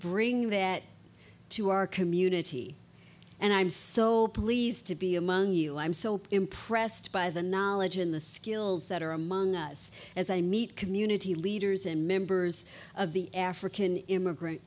bring that to our community and i'm so pleased to be among you i'm so impressed by the knowledge in the skills that are among us as i meet community leaders and members of the african immigrant